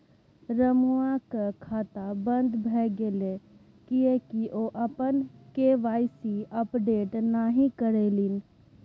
रमुआक खाता बन्द भए गेलै किएक ओ अपन के.वाई.सी अपडेट नहि करेलनि?